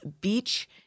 Beach